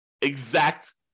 exact